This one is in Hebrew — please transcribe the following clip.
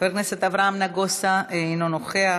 חבר הכנסת אברהם נגוסה, אינו נוכח.